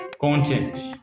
content